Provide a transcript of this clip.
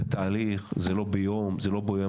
זה תהליך, זה לא ביום, זה לא ביומיים.